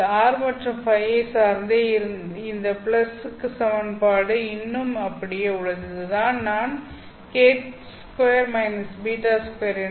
இது r மற்றும் Ф யைச் சார்ந்தது இந்த பிளஸ் இந்த சமன்பாடு இன்னும் அப்படியே உள்ளது இதுதான் நான் k2 β2